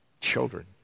children